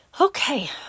Okay